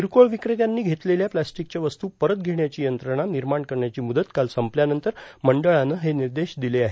किरकोळ विक्रेत्यांनी घेतलेल्या प्लॅस्टिकच्या वस्तू परत घेण्याची यंत्रणा निर्माण करण्याची म्रदत काल संपल्यानंतर मंडळानं हे निर्देश दिले आहेत